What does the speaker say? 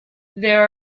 there